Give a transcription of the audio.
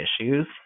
issues